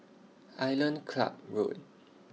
Island Club Road